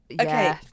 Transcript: Okay